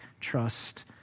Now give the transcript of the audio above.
trust